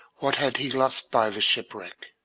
what had he lost by the shipwreck?